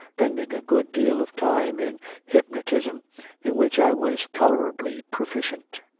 spending a good deal of time in hypnotism in which i was tolerably proficient.